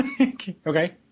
Okay